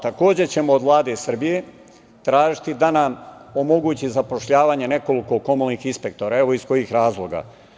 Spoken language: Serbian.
Takođe, ćemo od Vlade Srbije tražiti da nam omogući zapošljavanje nekoliko komunalnih inspektora, evo iz kojih razloga.